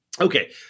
Okay